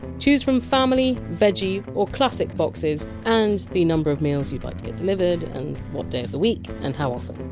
choose from family, veggie or classic boxes, and the number of meals you! d like to get delivered, and what day of the week, and how often.